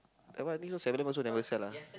that one I think so Seven-Eleven also never sell ah